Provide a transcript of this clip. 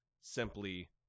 simply